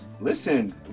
Listen